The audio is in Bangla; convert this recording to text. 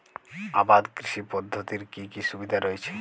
আবাদ কৃষি পদ্ধতির কি কি সুবিধা রয়েছে?